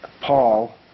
Paul